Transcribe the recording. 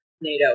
NATO